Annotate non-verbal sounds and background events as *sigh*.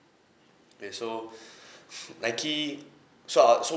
okay so *breath* nike so I so I